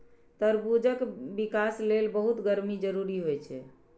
तरबूजक विकास लेल बहुत गर्मी जरूरी होइ छै